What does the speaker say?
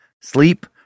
sleep